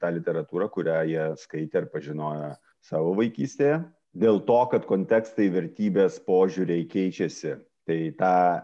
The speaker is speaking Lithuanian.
tą literatūrą kurią jie skaitė ir pažinojo savo vaikystėje dėl to kad kontekstai vertybės požiūriai keičiasi tai tą